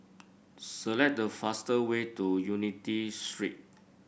select the fastest way to Unity Street